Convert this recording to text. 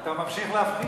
אתה ממשיך להפליא.